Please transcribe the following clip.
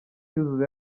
cyuzuzo